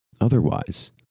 Otherwise